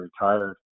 retired